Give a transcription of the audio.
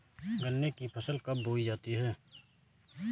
गन्ने की फसल कब बोई जाती है?